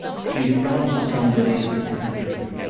she had gone for some days to the country.